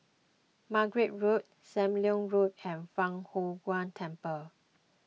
Margate Road Sam Leong Road and Fang Huo Temple